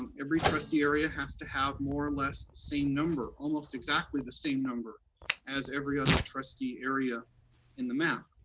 um every trustee area has to have more or less the same number, almost exactly the same number as every other trustee area in the map,